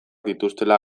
dituztela